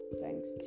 thanks